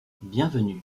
bienvenue